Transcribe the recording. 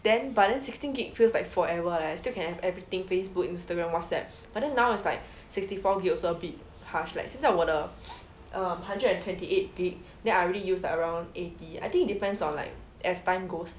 then but then sixteen G_B feels like forever leh still can have everything Facebook Instagram Whatsapp but then now is like sixty four G_B also a bit hard like 现在我的 um hundred and twenty eight G_B then I already use around eighty I think depends on like as time goes